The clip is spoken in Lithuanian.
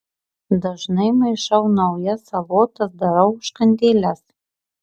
dažnai maišau naujas salotas darau užkandėles